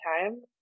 time